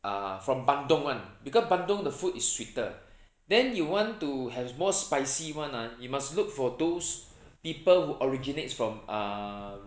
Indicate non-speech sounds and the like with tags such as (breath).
uh from bandung [one] because bandung the food is sweeter (breath) then you want to have more spicy [one] ah you must look for those people who originates from uh